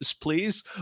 please